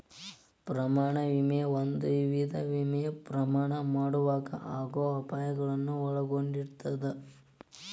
ಪ್ರಯಾಣ ವಿಮೆ ಒಂದ ವಿಧದ ವಿಮೆ ಪ್ರಯಾಣ ಮಾಡೊವಾಗ ಆಗೋ ಅಪಾಯಗಳನ್ನ ಒಳಗೊಂಡಿರ್ತದ